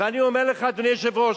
ואני אומר לך, אדוני היושב-ראש,